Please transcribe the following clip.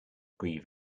grieve